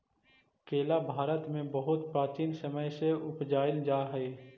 केला भारत में बहुत प्राचीन समय से उपजाईल जा हई